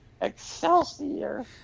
Excelsior